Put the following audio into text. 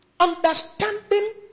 Understanding